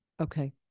Okay